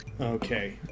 Okay